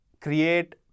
create